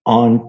on